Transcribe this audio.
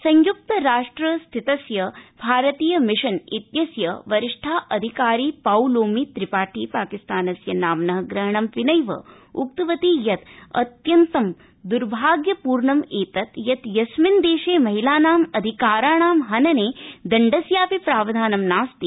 संयुक्त राष्ट्र स्थितस्य भारतीय मिशन इत्यस्य वरिष्ठ अधिकारी पाउलोमी त्रिपाठी पाकिस्तानस्य नाम्न ग्रहणं विनैव उकतवती यत् द्भार्ग्यपूर्णमेतत् यत् यस्मिन् देशे महिलानां अधिकाराणां हनने दण्डस्यापि प्रावधानं नास्ति